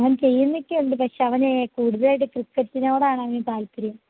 അവൻ ചെയ്യുന്നതൊക്കെയുണ്ട് പക്ഷേ അവന് കൂടുതലായിട്ട് ക്രിക്കെറ്റിനോടാണ് അവന് താല്പര്യം